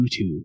YouTube